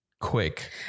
quick